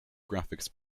graphics